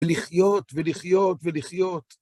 ולחיות, ולחיות, ולחיות.